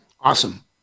Awesome